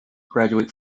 graduate